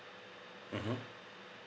mmhmm